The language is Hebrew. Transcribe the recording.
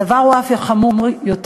הדבר הוא אף חמור יותר: